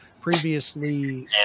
Previously